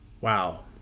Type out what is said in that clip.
Wow